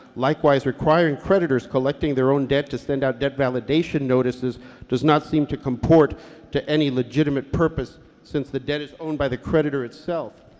likewise requiring creditors collecting their own debt to send out debt validation notices does not seem to comfort to any legitimate purpose since the debt is owned by the creditor itself